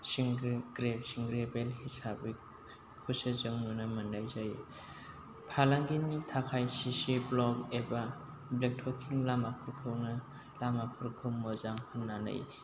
सिंग्रेबेल हिसाबै खौसो जों नुनो मोननाय जायो फालांगिनि थाखाय चिचि ब्लक एबा ब्लेक टकिं लामाफोरखौनो लामाफोरखौ मोजां होननानै